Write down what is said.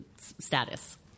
status